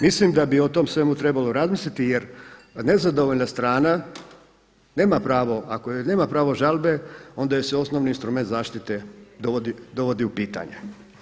Mislim da bi o tome svemu trebalo razmisliti jer nezadovoljna strana nema pravo, ako jer nema pravo žalbe onda joj se osnovni instrument zaštite dovodi u pitanje.